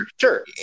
Sure